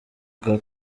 bwa